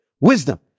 wisdom